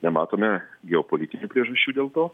nematome geopolitinių priežasčių dėl to